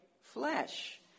flesh